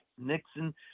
Nixon